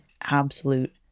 absolute